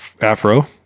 afro